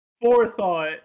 forethought